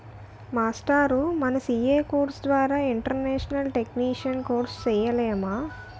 మాస్టారూ మన CA course ద్వారా ఇంటర్నేషనల్ టేక్సేషన్ కోర్సు సేయలేమా